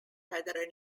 federer